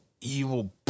evil